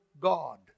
God